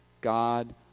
God